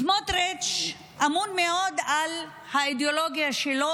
סמוטריץ' אמון מאוד על האידיאולוגיה שלו,